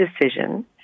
decision